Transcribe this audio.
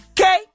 Okay